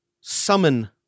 summon